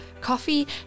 coffee